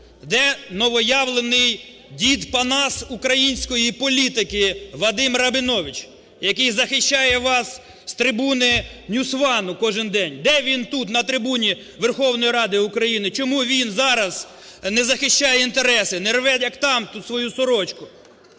Де новоявлений дід Панас української політики Вадим Рабінович, який захищає вас з трибуни NewsOne кожен день? Де він тут, на трибуні Верховної Ради України? Чому він зараз не захищає інтереси, не рве, як там, тут свою сорочку?